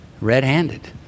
red-handed